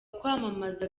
kwamamaza